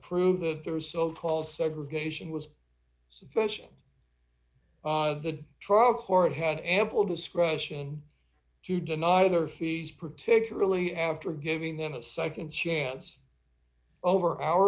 prove that their so called segregation was sufficient the trial court had ample discretion to deny their fees particularly after giving them a nd chance over our